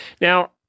Now